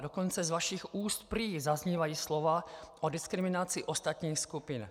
Dokonce z vašich úst prý zaznívají slova o diskriminaci ostatních skupin.